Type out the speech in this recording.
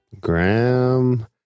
Graham